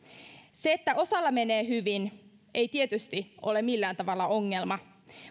se että osalla menee hyvin ei tietysti ole millään tavalla ongelma